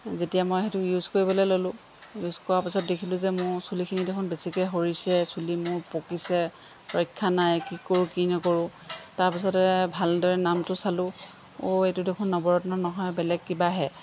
যেতিয়া মই সেইটো ইউজ কৰিবলৈ ল'লোঁ ইউজ কৰাৰ পিছত দেখিলোঁ যে মোৰ চুলিখিনি দেখোন বেছিকৈ সৰিছে চুলি মোৰ পকিছে ৰক্ষা নাই কি কৰোঁ কি নকৰোঁ তাৰপাছতে ভালদৰে নামটো চালোঁ অঁ এইটো দেখোন নৱৰত্ন নহয় বেলেগ কিবাহে